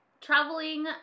traveling